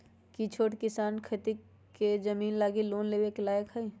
कि छोट किसान खेती के जमीन लागी लोन लेवे के लायक हई?